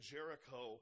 Jericho